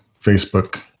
Facebook